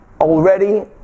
already